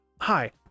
Hi